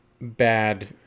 bad